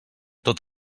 tot